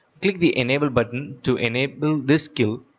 click the enable button to enable this skill.